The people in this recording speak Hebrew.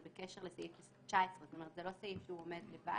ובקשר לסעיף 19. זה לא סעיף שעומד לבד.